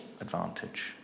advantage